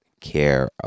care